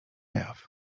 jaw